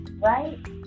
Right